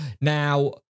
Now